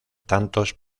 tantos